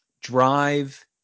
drive